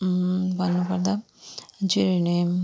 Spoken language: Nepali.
भन्नुपर्दा जेरेनियम